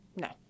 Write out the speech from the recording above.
No